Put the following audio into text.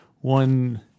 one